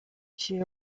she